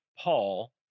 Paul